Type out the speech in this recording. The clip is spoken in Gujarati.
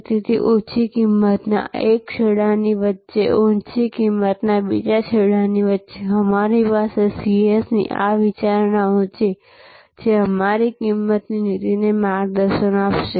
તેથી ઓછી કિંમતના આ એક છેડાની વચ્ચે ઊંચી કિંમતના બીજા છેડાની વચ્ચે અમારી પાસે ત્રણ CSની આ વિચારણાઓ છે જે અમારી કિંમત નીતિને માર્ગદર્શન આપશે